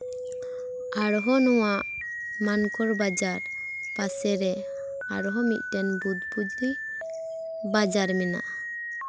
ᱟᱨᱦᱚᱸ ᱱᱚᱣᱟ ᱢᱟᱱᱠᱚᱨ ᱵᱟᱡᱟᱨ ᱯᱟᱥᱮ ᱨᱮ ᱟᱨᱦᱚᱸ ᱢᱤᱫᱴᱟᱱ ᱵᱩᱫᱵᱩᱫ ᱵᱟᱡᱟᱨ ᱢᱮᱱᱟᱜᱼᱟ